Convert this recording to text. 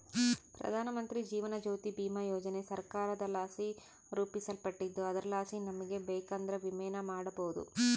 ಪ್ರಧಾನಮಂತ್ರಿ ಜೀವನ ಜ್ಯೋತಿ ಭೀಮಾ ಯೋಜನೆ ಸರ್ಕಾರದಲಾಸಿ ರೂಪಿಸಲ್ಪಟ್ಟಿದ್ದು ಅದರಲಾಸಿ ನಮಿಗೆ ಬೇಕಂದ್ರ ವಿಮೆನ ಮಾಡಬೋದು